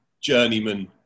journeyman